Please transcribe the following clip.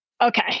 Okay